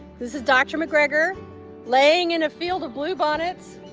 this is dr. mcgregor laying in a field of bluebonnets.